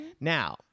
now